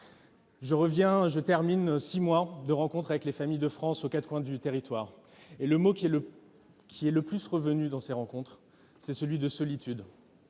périple de six mois à la rencontre des familles de France aux quatre coins du territoire. Le mot qui est le plus revenu lors de ces rencontres est celui de « solitude »